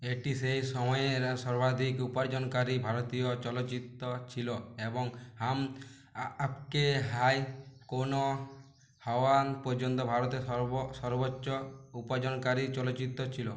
এটি সেই সময়ের সর্বাধিক উপার্জনকারী ভারতীয় চলচ্চিত্র ছিলো এবং হাম আপকে হ্যায় কোন হওয়া পর্যন্ত ভারতের সর্ব সর্বোচ্চ উপার্জনকারী চলচ্চিত্র ছিলো